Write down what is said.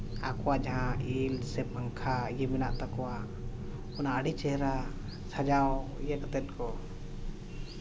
ᱟᱠᱚᱣᱟᱜ ᱡᱟᱦᱟᱸ ᱤᱞ ᱥᱮ ᱯᱟᱝᱠᱷᱟ ᱤᱭᱟᱹ ᱢᱮᱱᱟᱜ ᱛᱟᱠᱚᱣᱟ ᱚᱱᱟ ᱟᱹᱰᱤ ᱪᱮᱦᱨᱟ ᱥᱟᱡᱟᱣ ᱤᱭᱟᱹ ᱠᱟᱛᱮᱫ ᱠᱚ